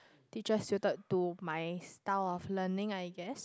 teacher suited to my style of learning I guess